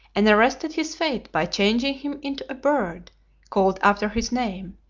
and arrested his fate by changing him into a bird called after his name,